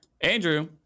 Andrew